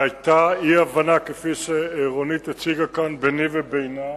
היתה אי-הבנה, כפי שרונית הציגה כאן, ביני ובינה,